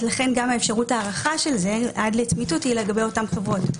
אז לכן גם אפשרות ההארכה של זה עד לצמיתות היא לגבי אותן חברות.